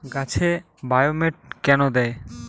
গাছে বায়োমেট কেন দেয়?